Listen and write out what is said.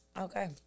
Okay